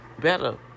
better